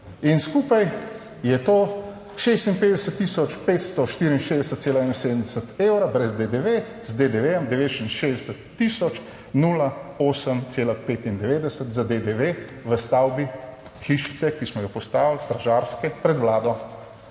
in skupaj je to 56564,71 evra brez DDV z DDV 69008,95 z DDV v stavbi hišice, ki smo jo postavili stražarske pred Vlado.